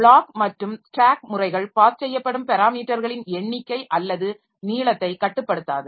block மற்றும் stack முறைகள் pass செய்யப்படும் பெராமீட்டர்களின் எண்ணிக்கை அல்லது நீளத்தை கட்டுப்படுத்தாது